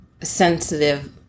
sensitive